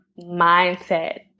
mindset